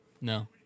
No